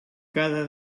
cada